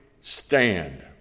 Stand